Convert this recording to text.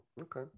Okay